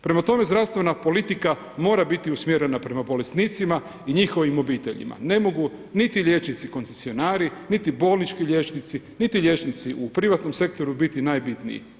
Prema tome, zdravstvena politika mora biti usmjerena prema bolesnicima i njihovim obiteljima, ne mogu niti liječnici koncesionari niti bolnički liječnici niti liječnici u privatnom sektoru biti najbitniji.